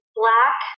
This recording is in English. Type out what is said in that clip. black